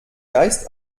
geist